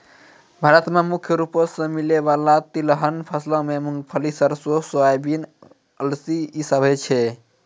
भारत मे मुख्य रूपो से मिलै बाला तिलहन फसलो मे मूंगफली, सरसो, सोयाबीन, अलसी इ सभ छै